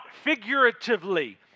figuratively